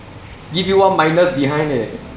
give you one minus behind eh